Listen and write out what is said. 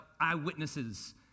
eyewitnesses